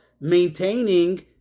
maintaining